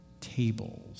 tables